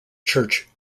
church